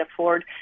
afford